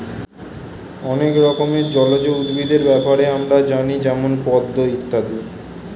অনেক রকমের জলজ উদ্ভিদের ব্যাপারে আমরা জানি যেমন পদ্ম ইত্যাদি